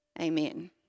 Amen